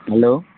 hello